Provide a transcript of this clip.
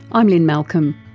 i'm lynne malcolm.